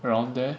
around there